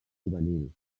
juvenil